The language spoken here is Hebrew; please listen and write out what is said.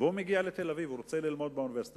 והוא מגיע לתל-אביב והוא רוצה ללמוד באוניברסיטה,